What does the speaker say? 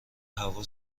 هوا